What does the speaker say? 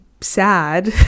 sad